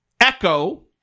echo